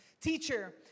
teacher